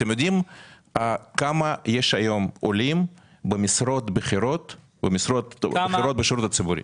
אתם יודעים כמה יש היום עולים במשרות בכירות בשירות הציבורי?